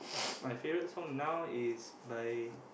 my favourite song now is by